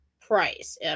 price